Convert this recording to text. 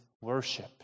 worship